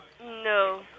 No